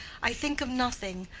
i think of nothing.